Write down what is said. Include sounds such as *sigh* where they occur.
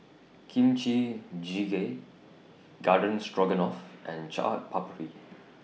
Kimchi Jjigae Garden Stroganoff and Chaat Papri *noise*